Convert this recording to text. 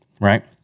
right